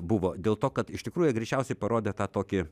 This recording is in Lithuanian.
buvo dėl to kad iš tikrųjų jie greičiausiai parodė tą tokį